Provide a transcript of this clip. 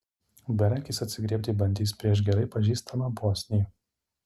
berankis atsigriebti bandys prieš gerai pažįstamą bosnį